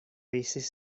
veces